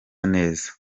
neza